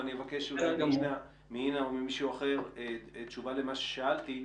ואני אבקש אולי מאינה או ממישהו אחר תשובה למה ששאלתי.